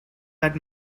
that